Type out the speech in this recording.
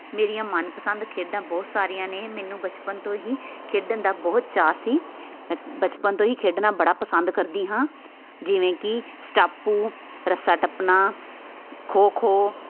ਮੇਰੀਆਂ ਮਨਪਸੰਦ ਖੇਡਾਂ ਬਹੁਤ ਸਾਰੀਆਂ ਨੇ ਮੈਨੂੰ ਬਚਪਨ ਤੋਂ ਹੀ ਖੇਡਣ ਦਾ ਬਹੁਤ ਚਾਅ ਸੀ ਮੈਂ ਬਚਪਨ ਤੋਂ ਹੀ ਖੇਡਣਾ ਬੜਾ ਪਸੰਦ ਕਰਦੀ ਹਾਂ ਜਿਵੇਂ ਕਿ ਸਟੈਪੂ ਰੱਸਾ ਟੱਪਣਾ ਖੋ ਖੋ